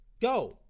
Go